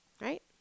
right